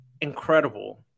incredible